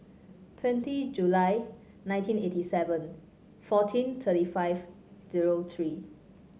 twenty July nineteen eighty seven fourteen thirty five zero three